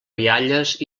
rialles